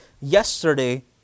Yesterday